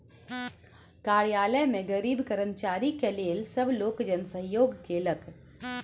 कार्यालय में गरीब कर्मचारी के लेल सब लोकजन सहयोग केलक